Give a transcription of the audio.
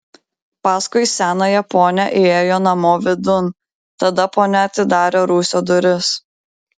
paskui senąją ponią įėjo namo vidun tada ponia atidarė rūsio duris